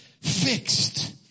Fixed